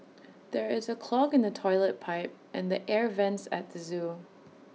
there is A clog in the Toilet Pipe and the air Vents at the Zoo